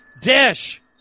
dish